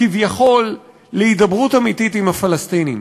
כביכול להידברות אמיתית עם הפלסטינים.